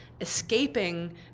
escaping